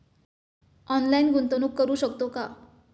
Online गुंतवणूक करू शकतो का?